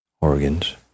organs